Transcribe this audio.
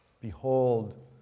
Behold